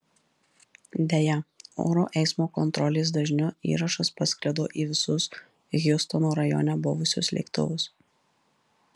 deja oro eismo kontrolės dažniu įrašas pasklido į visus hjustono rajone buvusius lėktuvus